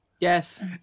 Yes